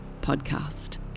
podcast